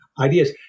ideas